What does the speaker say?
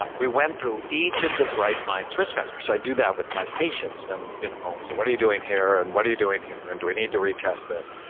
ah we went through each of the bright minds risk factor. so i do that with my patients. and you know so what are you doing here and what are you doing here? and do we need to retest this?